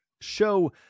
show